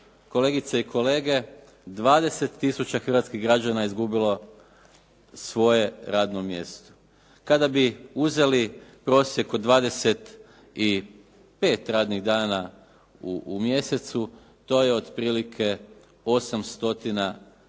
kolegice i kolege 20 tisuća hrvatskih građana je izgubilo svoje radno mjesto. Kada bi uzeli prosjek od 25 radnih dana u mjesecu to je otprilike 8 stotina